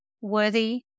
worthy